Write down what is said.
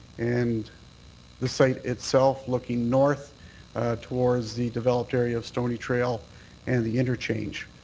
and the site itself looking north towards the developed area of stoney trail and the interchange.